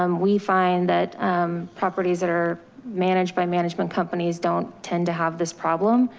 um we find that properties that are managed by management companies don't tend to have this problem.